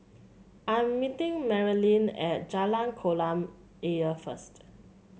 I'm meeting Marylin at Jalan Kolam Ayer first